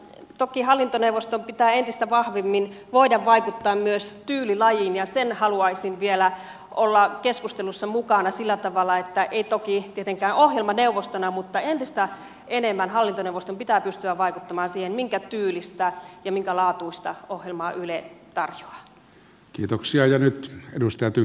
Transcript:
toki hallintoneuvoston pitää entistä vahvemmin voida vaikuttaa myös tyylilajiin sen haluaisin vielä olevan keskustelussa mukana ei toki tietenkään ohjelmaneuvostona mutta entistä enemmän hallintoneuvoston pitää pystyä vaikuttamaan siihen minkä tyylistä ja minkä laatuista ohjelmaa yle tarjoaa